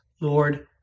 Lord